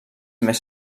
més